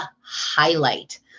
highlight